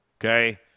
okay